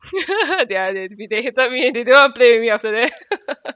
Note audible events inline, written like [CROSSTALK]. [LAUGHS] ya they they hated me they don't want to play with me after that [LAUGHS]